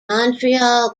montreal